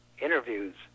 interviews